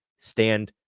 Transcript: Stand